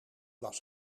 was